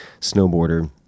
snowboarder